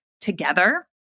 together